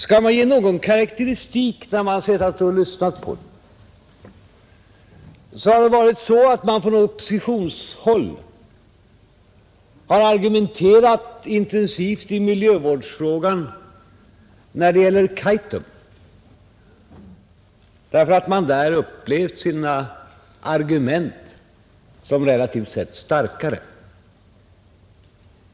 Skall man ge någon karakteristik efter att ha lyssnat på den så har man från oppositionshåll argumenterat intensivt i miljövårdsfrågan när det gäller Kaitum därför att man där upplevt sina argument som relativt sett starkare.